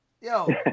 Yo